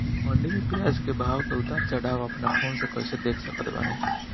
मंडी मे प्याज के भाव के उतार चढ़ाव अपना फोन से कइसे देख सकत बानी?